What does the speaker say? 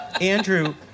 Andrew